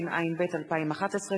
התשע"ב 2011,